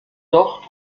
dort